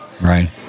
right